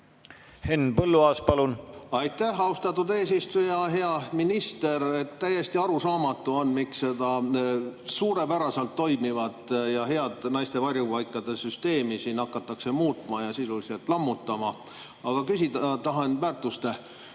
Henn Põlluaas, palun! Aitäh, austatud eesistuja! Hea minister! Täiesti arusaamatu on, miks seda suurepäraselt toimivat ja head naiste varjupaikade süsteemi hakatakse muutma ja sisuliselt lammutama. Aga küsida tahan väärtuste